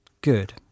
good